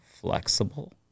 flexible